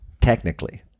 technically